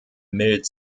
mild